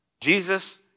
Jesus